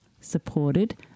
supported